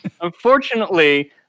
Unfortunately